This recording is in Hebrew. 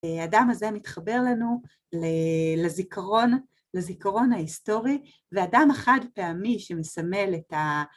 אדם הזה מתחבר לנו לזיכרון ההיסטורי, ואדם חד פעמי שמסמל את ה...